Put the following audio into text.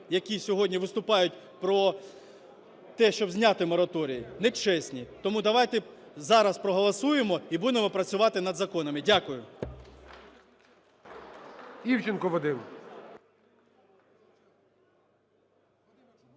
які сьогодні виступають про те, щоб зняти мораторій, нечесні. Тому давайте зараз проголосуємо і будемо працювати над законами. Дякую.